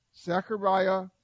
Zechariah